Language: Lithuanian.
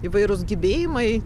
įvairūs gebėjimai